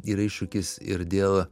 yra iššūkis ir dėl